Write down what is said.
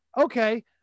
Okay